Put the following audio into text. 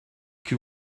que